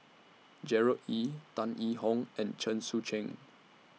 Gerard Ee Tan Yee Hong and Chen Sucheng